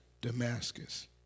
Damascus